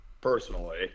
personally